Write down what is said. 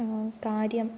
कार्यम्